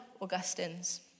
Augustine's